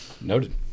noted